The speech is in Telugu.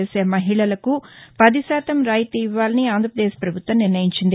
చేసే మహిళలకు పది శాతం రాయితీ ఇవ్వాలని ఆంధ్రపదేశ్ ప్రభుత్వం నిర్ణయించింది